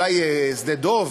אולי שדה-דב,